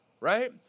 right